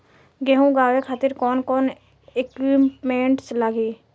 गेहूं उगावे खातिर कौन कौन इक्विप्मेंट्स लागी?